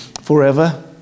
forever